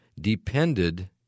depended